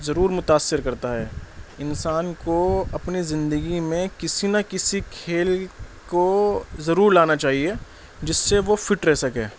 ضرور متاثر کرتا ہے انسان کو اپنی زندگی میں کسی نہ کسی کھیل کو ضرور لانا چاہیے جس سے وہ فٹ رہ سکے